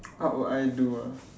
what would I do ah